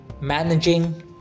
Managing